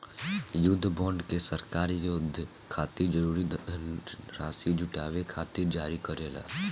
युद्ध बॉन्ड के सरकार युद्ध खातिर जरूरी धनराशि जुटावे खातिर जारी करेला